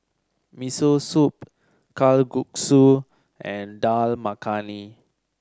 Miso Soup Kalguksu and Dal Makhani